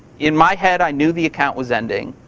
in my head, i knew the account was ending.